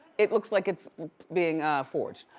it looks like it's being forged.